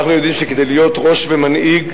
אנחנו יודעים שכדי להיות ראש ומנהיג,